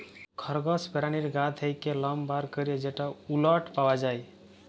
খরগস পেরানীর গা থ্যাকে লম বার ক্যরে যে উলট পাওয়া যায়